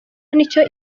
nicyo